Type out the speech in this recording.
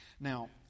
Now